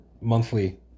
monthly